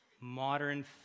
modern